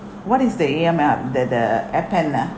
what is the aim ah the the ah